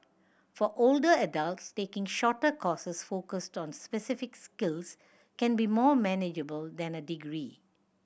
for older adults taking shorter courses focused on specific skills can be more manageable than a degree